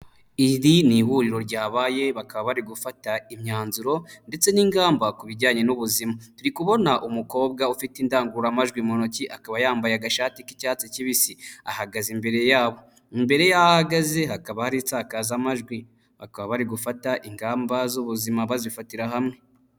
Iri ni ihuriro ryabaye bakaba bari gufata imyanzuro ndetse n'ingamba ku bijyanye n'ubuzima, turikubona umukobwa ufite indangururamajwi mu ntoki akaba yambaye agashati k'icyatsi kibisi ahagaze imbere yabo, imbere y'aho ahagaze hakaba hari insakazamajwi bakaba bari gufata ingamba z'ubuzima bazifatira hamwe.